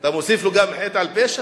אתה מוסיף לו גם חטא על פשע?